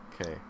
Okay